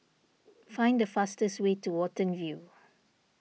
find the fastest way to Watten View